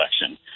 election